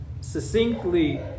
succinctly